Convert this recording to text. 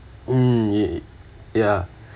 mm ye~ ya